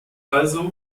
also